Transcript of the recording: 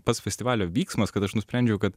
pats festivalio vyksmas kad aš nusprendžiau kad